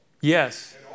Yes